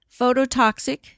Phototoxic